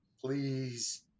Please